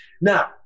Now